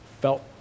felt